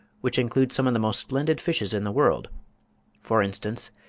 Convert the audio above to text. which includes some of the most splendid fishes in the world for instance,